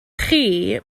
chi